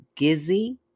gizzy